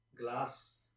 glass